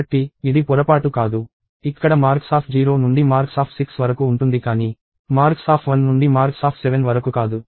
కాబట్టి ఇది పొరపాటు కాదు ఇక్కడ marks0 నుండి marks6 వరకు ఉంటుంది కానీ marks1 నుండి marks7 వరకు కాదు